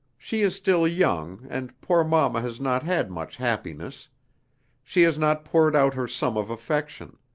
she is still young, and poor mama has not had much happiness she has not poured out her sum of affection.